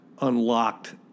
unlocked